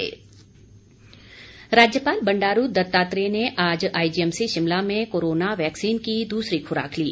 राज्यपाल राज्यपाल बंडारू दत्तात्रेय ने आज आईजीएमसी शिमला में कोरोना वैक्सीन की दूसरी खुराक ली